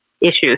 issues